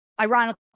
ironically